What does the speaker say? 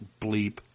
bleep